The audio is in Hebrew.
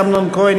אמנון כהן,